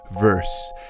Verse